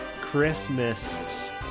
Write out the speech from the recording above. Christmas